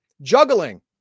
Juggling